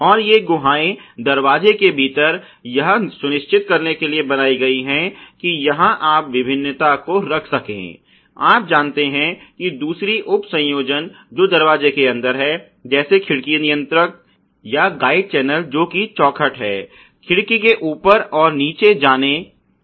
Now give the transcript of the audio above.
और ये गुहाएँ दरवाजे के भीतर यह सुनिश्चित करने के लिए बनाई गई हैं कि जहां आप विभिन्नता को रख सकें आप जानते हैं दूसरी उप संयोजन जो दरवाजे के अंदर है जैसे खिड़की नियंत्रक या गाइड चैनल जो की चौखट है खिड़की के ऊपर और नीचे जाने के लिए